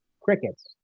Crickets